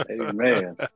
Amen